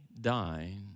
dying